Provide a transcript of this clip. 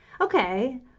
Okay